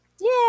Yay